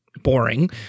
Boring